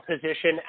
position